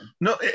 No